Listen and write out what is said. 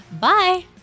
Bye